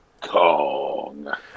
Kong